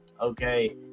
Okay